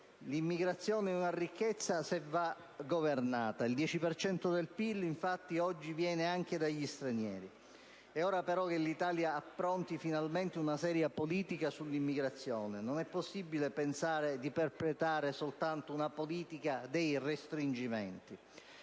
L'immigrazione è una ricchezza, se ben governata. Il 10 per cento del prodotto interno lordo viene, infatti, dagli stranieri. E' ora - però - che l'Italia appronti finalmente una seria politica sull'immigrazione. Non è possibile pensare di perpetrare soltanto una politica dei respingimenti.